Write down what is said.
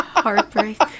Heartbreak